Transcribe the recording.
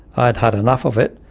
i'd had enough of it.